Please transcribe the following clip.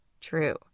true